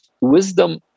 wisdom